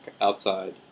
outside